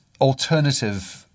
alternative